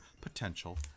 potential